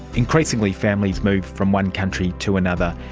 increasingly families move from one country to another,